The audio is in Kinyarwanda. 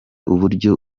uburyo